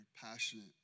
passionate